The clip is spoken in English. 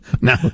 Now